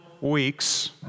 weeks